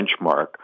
benchmark